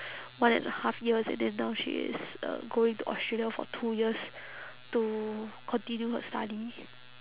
one and a half years and then now she is uh going to australia for two years to continue her study